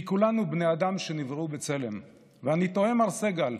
כי כולנו בני אדם שנבראו בצלם, ואני תוהה, מר סגל,